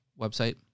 website